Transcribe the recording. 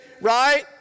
Right